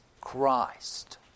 Christ